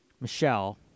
Michelle